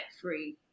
free